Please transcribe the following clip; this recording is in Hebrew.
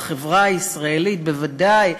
בחברה הישראלית בוודאי,